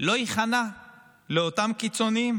לא ייכנע לאותם קיצוניים,